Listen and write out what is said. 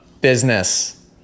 business